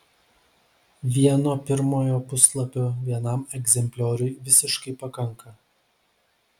vieno pirmojo puslapio vienam egzemplioriui visiškai pakanka